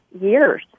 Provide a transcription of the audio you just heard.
years